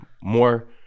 more